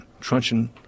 truncheon